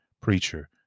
preacher